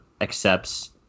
accepts